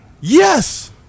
Yes